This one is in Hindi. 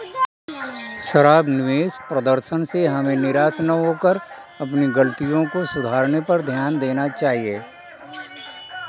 खराब निवेश प्रदर्शन से हमें निराश न होकर अपनी गलतियों को सुधारने पर ध्यान देना चाहिए